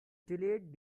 delayed